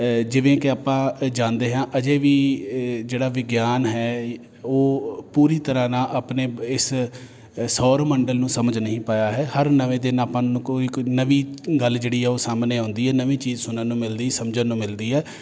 ਜਿਵੇਂ ਕਿ ਆਪਾਂ ਜਾਣਦੇ ਹਾਂ ਅਜੇ ਵੀ ਜਿਹੜਾ ਵਿਗਿਆਨ ਹੈ ਉਹ ਪੂਰੀ ਤਰ੍ਹਾਂ ਨਾਲ ਆਪਣੇ ਇਸ ਸੌਰ ਮੰਡਲ ਨੂੰ ਸਮਝ ਨਹੀਂ ਪਾਇਆ ਹੈ ਹਰ ਨਵੇਂ ਦਿਨ ਆਪਾਂ ਨੂੰ ਕੋਈ ਨਵੀਂ ਗੱਲ ਜਿਹੜੀ ਹੈ ਉਹ ਸਾਹਮਣੇ ਆਉਂਦੀ ਹੈ ਨਵੀਂ ਚੀਜ਼ ਸੁਣਨ ਨੂੰ ਮਿਲਦੀ ਸਮਝਣ ਨੂੰ ਮਿਲਦੀ ਹੈ